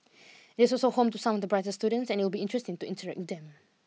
it is also home to some of the brightest students and it would be interesting to interact with them